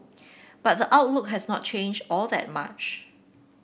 but the outlook has not changed all that much